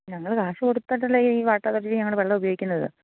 ഞങ്ങൾ കാശ് കൊടുത്തിട്ടല്ലേ ഈ വാട്ടർ അതോറിറ്റിയിൽ ഞങ്ങൾ വെള്ളം ഉപയോഗിക്കുന്നത്